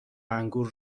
انگور